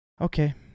okay